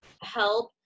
help